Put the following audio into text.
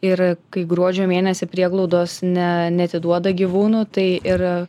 ir kai gruodžio mėnesį prieglaudos ne neatiduoda gyvūnų tai ir